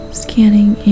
scanning